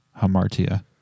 hamartia